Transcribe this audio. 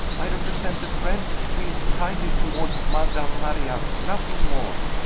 i represent a friend who feels kindly toward madame marillac nothing more.